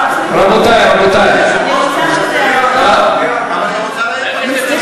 זה מסמך רשמי של הכנסת, סליחה.